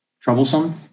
troublesome